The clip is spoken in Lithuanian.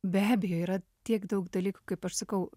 be abejo yra tiek daug dalykų kaip aš sakau